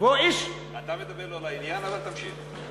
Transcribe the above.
והוא איש, אתה מדבר לא לעניין, אבל תמשיך.